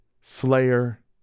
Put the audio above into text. Slayer